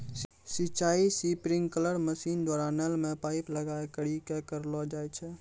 सिंचाई sprinkler machine द्वारा नल मे पाइप लगाय करि क करलो जाय छै